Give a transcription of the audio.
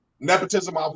nepotism